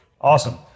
Awesome